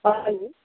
hello